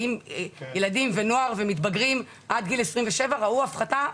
האם אצל ילדים ונוער ומתבגרים עד גיל 27 ראו הפחתה?